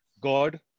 God